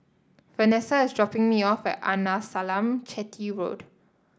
Vanessa is dropping me off at Arnasalam Chetty Road